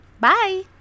Bye